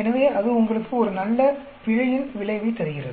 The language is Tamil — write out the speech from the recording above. எனவே அது உங்களுக்கு ஒரு நல்ல பிழையின் விளைவைத் தருகிறது